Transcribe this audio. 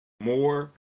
more